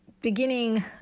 beginning